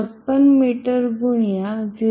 156 metre ગુણ્યા 0